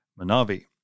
Manavi